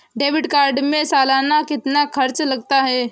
Debit card में सालाना कितना खर्च लगता है?